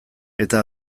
eta